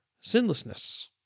sinlessness